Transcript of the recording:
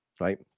right